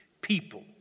people